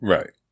Right